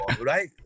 Right